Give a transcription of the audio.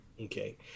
Okay